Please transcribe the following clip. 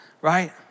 right